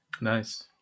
nice